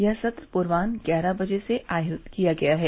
यह सत्र पूर्वान्ह ग्यारह बजे से आहूत किया गया है